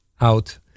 out